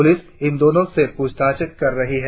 police इन दोनों से पुछताछ कर रही है